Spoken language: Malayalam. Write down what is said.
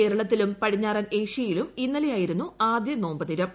കേരളത്തിലും പടിഞ്ഞാറൻ ഏഷ്യയിലും ഇന്നലെയായിരുന്നു ആദ്യ നോമ്പ് ദിനം